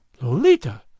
Lolita